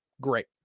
great